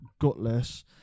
gutless